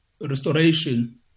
restoration